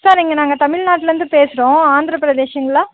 sir இங்கே நாங்கள் தமிழ்நாட்லயிருந்து பேசுகிறோம் ஆந்திர பிரதேஷுங்களா